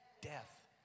death